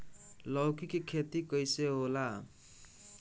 लौकी के खेती कइसे होला?